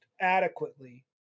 adequately